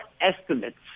estimates